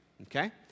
okay